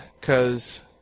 cause